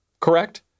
correct